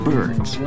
Birds